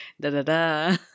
da-da-da